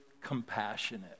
compassionate